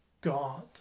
God